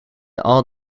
all